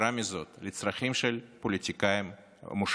יתרה מזאת, לצרכים של פוליטיקאים מושחתים.